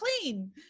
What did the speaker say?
clean